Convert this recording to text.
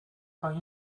kan